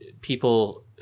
people